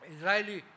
Israeli